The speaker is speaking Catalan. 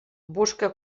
busca